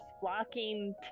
flocking